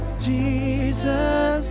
Jesus